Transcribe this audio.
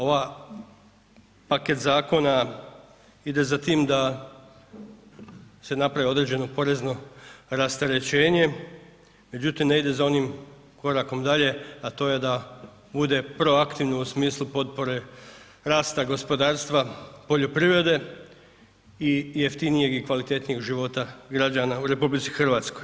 Ova paket zakona ide za tim da se napravi određeno porezno rasterećenje, međutim ne ide za onim korakom dalje, a to je da bude proaktivno u smislu potpore rasta gospodarstva, poljoprivrede i jeftinijeg i kvalitetnijeg života građana u RH.